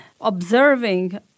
observing